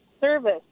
service